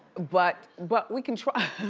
but but we can try.